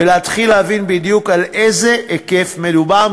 ולהתחיל להבין בדיוק על איזה היקף מדובר,